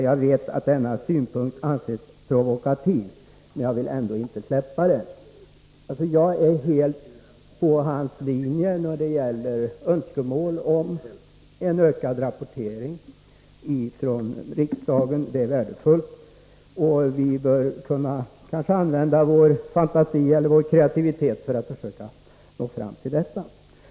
Jag vet att denna synpunkt anses provokativ, men jag vill ändå inte släppa den.” Jag är helt på Gunnar Biörcks linje när det gäller önskemål om en ökad rapportering från riksdagen. En sådan vore värdefull, och vi bör kanske kunna använda vår fantasi eller kreativitet för att nå fram till detta.